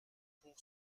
pour